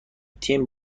تیم